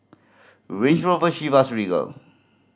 Range Rover Chivas Regal